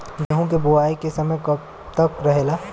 गेहूँ के बुवाई के समय कब तक रहेला?